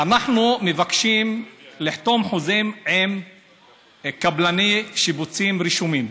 אנחנו מבקשים לחתום חוזים עם קבלני שיפוצים רשומים,